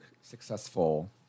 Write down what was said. successful